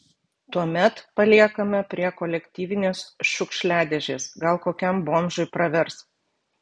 tuomet paliekame prie kolektyvinės šiukšliadėžės gal kokiam bomžui pravers